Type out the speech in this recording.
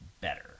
better